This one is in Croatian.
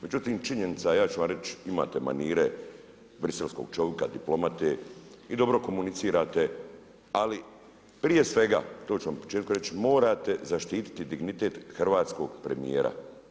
Međutim činjenica je ja ću vam reći, imate manire briselskog čovjeka, diplomate i dobro komunicirate, ali prije svega to ću vam na početku reći, morate zaštititi dignitet hrvatskog premijera.